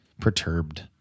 perturbed